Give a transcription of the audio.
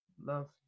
love